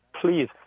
please